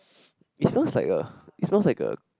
it smells like a it smells like a